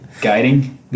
guiding